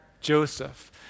Joseph